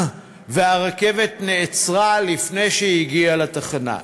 והרכבת נעצרה לפני שהגיעה לתחנה.